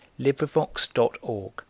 LibriVox.org